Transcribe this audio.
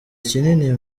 kinini